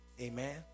amen